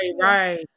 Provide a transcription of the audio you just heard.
right